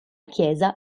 chiesa